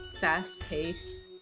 fast-paced